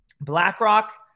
BlackRock